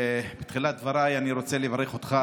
בתחילת דבריי אני רוצה לברך אותך,